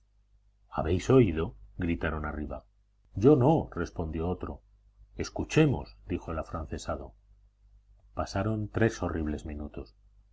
habéis oído gritaron arriba yo no respondió otro escuchemos dijo el afrancesado pasaron tres horribles minutos